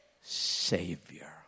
Savior